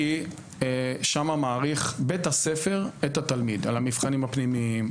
ששם מעריך בית הספר את התלמיד: על המבחנים הפנימיים,